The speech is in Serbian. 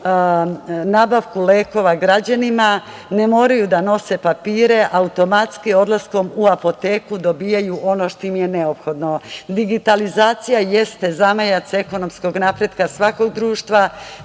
nabavku lekova građanima. Ne moraju da nose papire. Automatski, odlaskom u apoteku dobijaju ono što im je neophodno. Digitalizacija jeste zamajac ekonomskog napretka svakog društva.